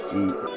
eat